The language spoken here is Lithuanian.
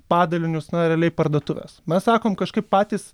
padalinius na realiai parduotuves mes sakom kažkaip patys